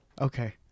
Okay